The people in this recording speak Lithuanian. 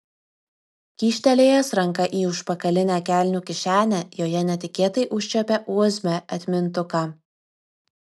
kyštelėjęs ranką į užpakalinę kelnių kišenę joje netikėtai užčiuopė usb atmintuką